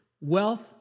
wealth